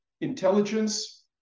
intelligence